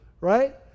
right